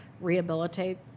rehabilitate